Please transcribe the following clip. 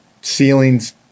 Ceilings